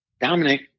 Dominic